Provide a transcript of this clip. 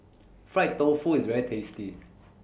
Fried Tofu IS very tasty